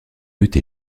luth